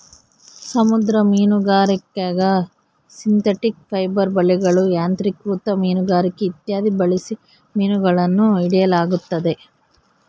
ಸಮುದ್ರ ಮೀನುಗಾರಿಕ್ಯಾಗ synthetic fibre ಬಲೆಗಳು, ಯಾಂತ್ರಿಕೃತ ಮೀನುಗಾರಿಕೆ ಇತ್ಯಾದಿ ಬಳಸಿ ಮೀನುಗಳನ್ನು ಹಿಡಿಯಲಾಗುತ್ತದೆ